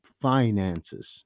finances